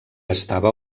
estava